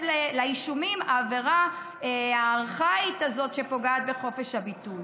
לאישומים עבירה ארכאית כזאת שפוגעת בחופש הביטוי.